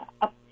up